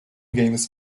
games